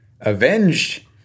avenged